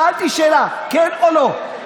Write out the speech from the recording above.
שאלתי שאלה: כן או לא?